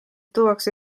tuuakse